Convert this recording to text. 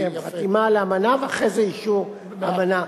חתימה על האמנה, ואחרי זה אישור האמנה.